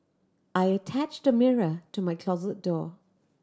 I attached a mirror to my closet door